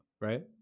right